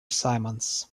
simons